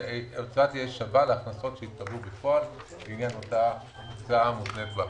שווה להכנסות שיתקבלו בפועל לעניין הוצאה מותנית בהכנסה.